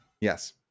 Yes